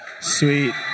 Sweet